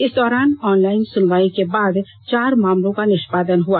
इस दौरान ऑनलाइन सुनवाई के बाद चार मामलों का निष्पादन हुआ